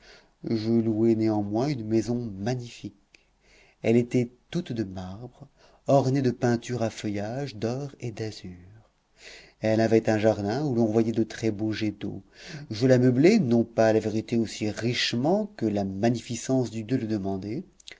je louai néanmoins une maison magnifique elle était toute de marbre ornée de peintures à feuillages d'or et d'azur elle avait un jardin où l'on voyait de très-beaux jets d'eau je la meublai non pas à la vérité aussi richement que la magnificence du lieu le demandait